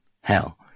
Hell